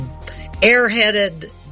airheaded